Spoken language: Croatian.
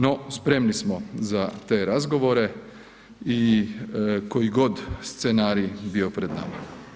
No, spremni smo za te razgovore i koji god scenarij bio pred nama.